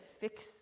fix